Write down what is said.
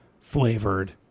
flavored